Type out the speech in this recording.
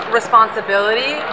responsibility